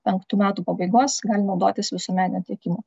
penktų metų pabaigos gali naudotis visuomeninio tiekimo